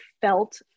felt